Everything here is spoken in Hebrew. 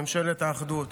ממשלת האחדות,